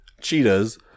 cheetahs